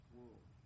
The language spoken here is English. world